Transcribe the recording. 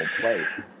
place